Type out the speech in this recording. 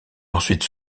ensuite